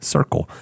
Circle